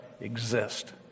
exist